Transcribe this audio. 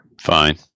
Fine